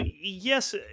yes